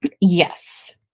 Yes